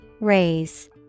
Raise